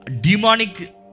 demonic